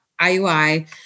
IUI